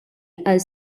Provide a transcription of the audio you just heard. għal